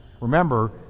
Remember